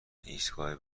ایستگاه